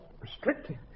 restricting